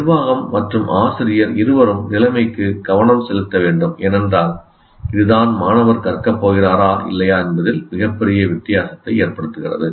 நிர்வாகம் மற்றும் ஆசிரியர் இருவரும் நிலைமைக்கு கவனம் செலுத்த வேண்டும் ஏனென்றால் இதுதான் மாணவர் கற்கப் போகிறாரா இல்லையா என்பதில் மிகப்பெரிய வித்தியாசத்தை ஏற்படுத்துகிறது